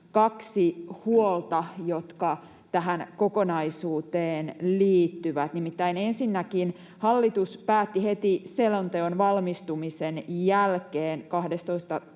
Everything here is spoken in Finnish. kaksi huolta, jotka tähän kokonaisuuteen liittyvät. Nimittäin ensinnäkin hallitus päätti heti selonteon valmistumisen jälkeen 12.